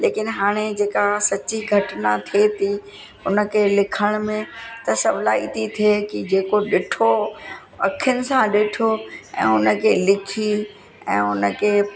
लेकिन हाणे जेका सची घटना थिए थी उन खे लिखण में त सवलाई थी थिए थी की जेको ॾिठो अखियुनि सां ॾिठो ऐं उन खे लिखी ऐं उन खे